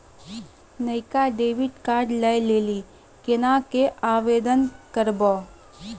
नयका डेबिट कार्डो लै लेली केना के आवेदन करबै?